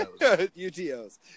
UTOs